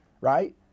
right